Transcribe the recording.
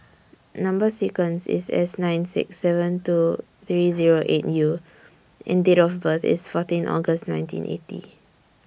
Number sequence IS S nine six seven two three Zero eight U and Date of birth IS fourteen August nineteen eighty